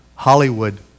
Hollywood